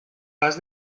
pas